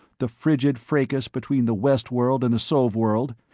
the frigid fracas between the west-world and the sov-world,